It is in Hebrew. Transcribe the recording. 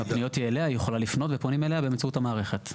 היא יכולה לפנות, ופונים אליה באמצעות המערכת.